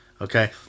okay